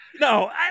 No